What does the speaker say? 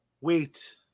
Wait